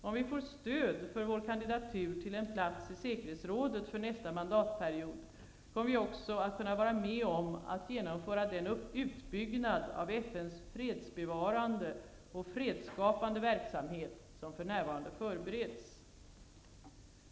Om vi för stöd för vår kandidatur till en plats i säkerhetsrådet för nästa mandatperiod kommer vi också att kunna vara med om att genomföra den utbyggnad av FN:s fredsbevarande och fredsskapande verksamhet som för närvarande förbereds.